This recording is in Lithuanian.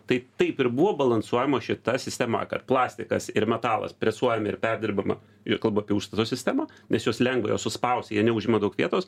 tai taip ir buvo balansuojama šita sistema kad plastikas ir metalas presuojami ir perdirbama ir kalba apie užstato sistemą nes juos lengva juos suspausti jie neužima daug vietos